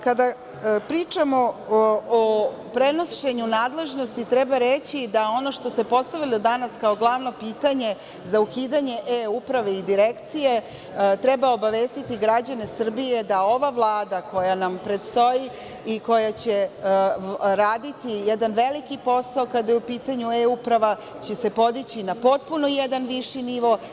Kada pričamo o prenošenju nadležnosti treba reći da ono što se postavilo danas, kao glavno pitanje, za ukidanje E-uprave i direkcije, treba obavestiti građane Srbije, da ova Vlada koja nam predstoji i koja će raditi jedan veliki posao kada je u pitanju E-uprava, će se podići na potpuno jedan viši nivo.